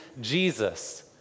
Jesus